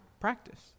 practice